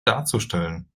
darzustellen